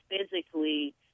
physically